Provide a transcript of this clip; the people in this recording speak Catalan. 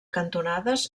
cantonades